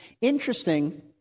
Interesting